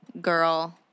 Girl